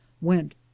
went